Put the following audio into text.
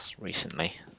recently